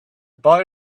boy